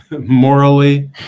morally